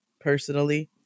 personally